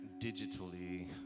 digitally